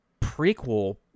prequel